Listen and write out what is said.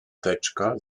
teczka